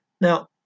Now